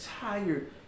tired